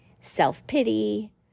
self-pity